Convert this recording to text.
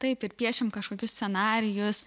taip ir piešiam kažkokius scenarijus